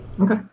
Okay